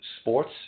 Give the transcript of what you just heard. Sports